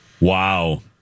Wow